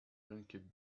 drinking